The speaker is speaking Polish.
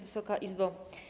Wysoka Izbo!